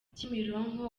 kimironko